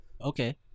Okay